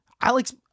Alex